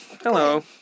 hello